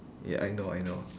ya I know I know